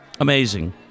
Amazing